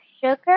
sugar